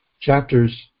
chapters